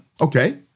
Okay